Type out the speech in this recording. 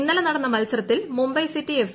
ഇന്നലെ നടന്ന മത്സരത്തിൽ മുംബൈ സിറ്റി എഫ്